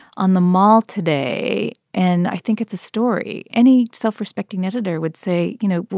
on the mall today and i think it's a story, any self-respecting editor would say, you know well,